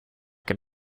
can